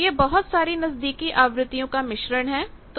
तो यह बहुत सारी नजदीकी आवृत्तियों का मिश्रण है